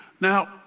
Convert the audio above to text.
Now